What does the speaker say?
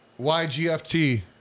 YGFT